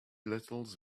littles